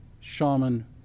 shaman